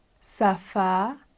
Safa